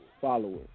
followers